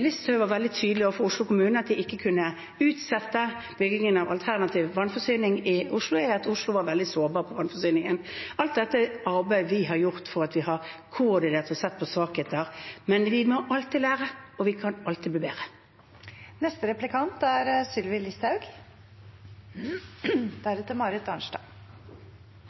Listhaug var veldig tydelig overfor Oslo kommune på at de ikke kunne utsette byggingen av alternativ vannforsyning i Oslo, er at Oslo var veldig sårbar når det gjelder vannforsyningen. Alt dette er arbeid vi har gjort fordi vi har koordinert og sett på svakheter, men vi må alltid lære, og vi kan alltid bli bedre. Jeg er